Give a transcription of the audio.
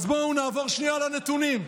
אז בואו נעבור שנייה לנתונים.